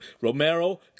Romero